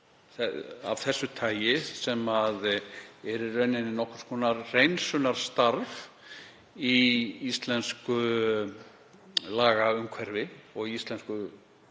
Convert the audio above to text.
af þessu tagi, sem eru í rauninni nokkurs konar hreinsunarstarf í íslensku lagaumhverfi og íslensku